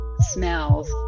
smells